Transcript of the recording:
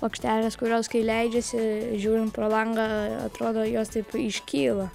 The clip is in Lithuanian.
plokštelės kurios kai leidžiasi žiūrint pro langą atrodo jos taip iškyla